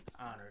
honored